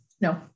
No